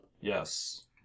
Yes